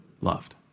loved